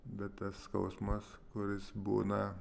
bet tas skausmas kuris būna